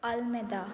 Almeida